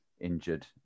injured